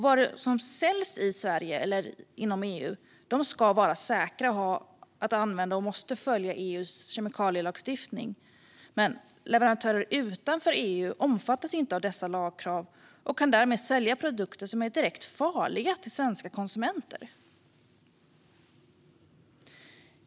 Varor som säljs i Sverige och inom EU ska vara säkra att använda och måste följa EU:s kemikalielagstiftning. Men leverantörer utanför EU omfattas inte av dessa lagkrav och kan därmed sälja produkter som är direkt farliga till svenska konsumenter.